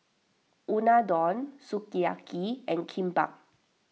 Unadon Sukiyaki and Kimbap